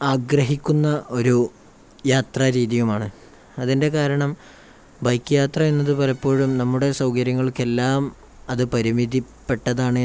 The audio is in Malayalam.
ആഗ്രഹിക്കുന്ന ഒരു യാത്രാരീതിയുമാണ് അതിൻ്റെ കാരണം ബൈക്ക് യാത്രയെന്നതു പലപ്പോഴും നമ്മുടെ സൗകര്യങ്ങൾക്കെല്ലാം അത് പരിമിതിപ്പെട്ടതാണ്